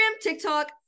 tiktok